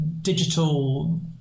digital